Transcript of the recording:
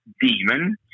demon